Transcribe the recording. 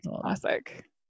classic